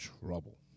trouble